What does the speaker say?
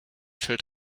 fällt